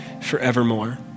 forevermore